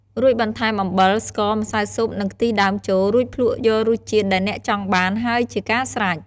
រួចបន្ថែម អំបិល ស្ករ ម្សៅស៊ុបនិងខ្ទិះដើមចូល រួចភ្លក្សយករសជាតិដែលអ្នកចង់បាន ហើយជាការស្រេច។